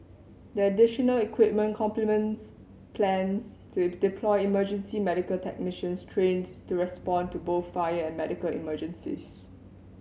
the additional equipment complements plans to deploy emergency medical technicians trained to respond to both fire and medical emergencies